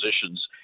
positions